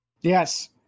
yes